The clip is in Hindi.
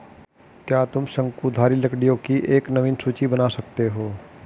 क्या तुम शंकुधारी लकड़ियों की एक नवीन सूची बना सकते हो?